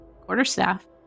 quarterstaff